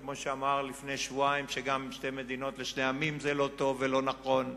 כמו שאמר לפני שבועיים שגם שתי מדינות לשני עמים זה לא טוב ולא נכון,